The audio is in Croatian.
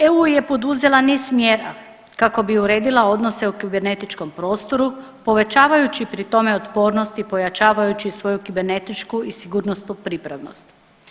EU je poduzela niz mjera kako bi uredila odnose u kibernetičkom prostoru povećavajući pri tom otpornost i pojačavajući svoju kibernetičku i sigurnosnu pripravnost.